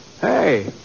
Hey